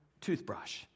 toothbrush